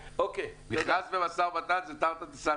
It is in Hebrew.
-- "נכנס במשא ומתן" זה תרתי דסתרי.